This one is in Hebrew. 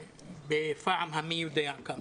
בפעם המי יודע כמה.